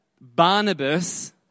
Barnabas